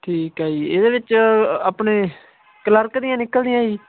ਠੀਕ ਹੈ ਜੀ ਇਹਦੇ ਵਿੱਚ ਆਪਣੇ ਕਲਰਕ ਦੀਆਂ ਨਿਕਲਦੀਆਂ ਜੀ